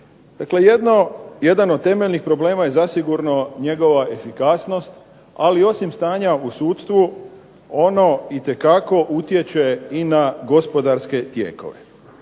jedan od temeljnih problema je zasigurno njegova efikasnost, ali osim stanja u sudstvu, ono itekako utječe i na gospodarske tijekove.